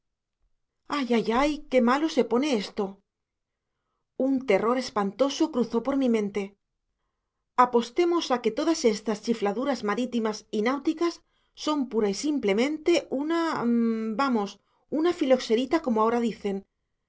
ay ay ay qué malo se pone esto un terror espantoso cruzó por mi mente apostemos a que todas estas chifladuras marítimas y náuticas son pura y simplemente una vamos una filoxerita como ahora dicen